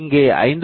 இங்கே 5